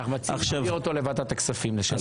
אנחנו מציעים להעביר אותו לוועדת הכספים, לשאלתך.